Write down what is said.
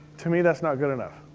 to me that's not good enough.